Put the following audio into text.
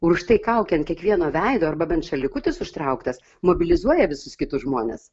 ir už tai kaukė ant kiekvieno veido arba bent šalikutis užtrauktas mobilizuoja visus kitus žmones